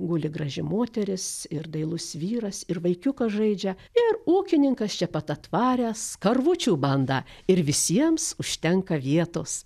guli graži moteris ir dailus vyras ir vaikiukas žaidžia ir ūkininkas čia pat atvaręs karvučių bandą ir visiems užtenka vietos